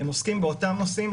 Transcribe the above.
הם עוסקים באותם נושאים,